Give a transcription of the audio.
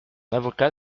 avocat